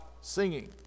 singing